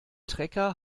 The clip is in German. trecker